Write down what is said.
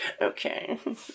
okay